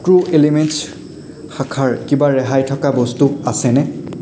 two elements শাখাৰ কিবা ৰেহাই থকা বস্তু আছেনে